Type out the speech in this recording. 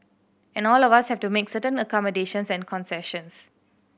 and all of us have to make certain accommodations and concessions